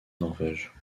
norvège